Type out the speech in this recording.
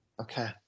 Okay